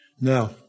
Now